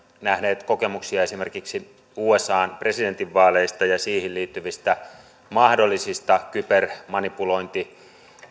nähneet kokemuksia esimerkiksi usan presidentinvaaleista ja niihin liittyvistä mahdollisista kybermanipulointiuhista